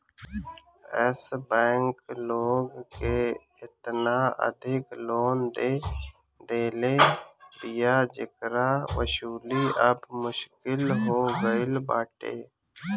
एश bank लोग के एतना अधिका लोन दे देले बिया जेकर वसूली अब मुश्किल हो गईल बाटे